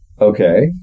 Okay